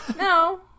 No